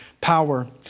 power